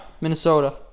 Minnesota